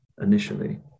initially